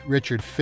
Richard